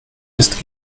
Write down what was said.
ist